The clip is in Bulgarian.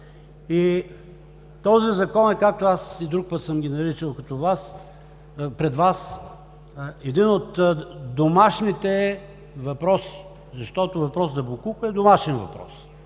Този Закон е, както и друг път съм ги наричал пред Вас, един от домашните въпроси, защото въпросът за боклука е домашен въпрос.